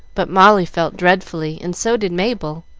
but molly felt dreadfully, and so did mabel.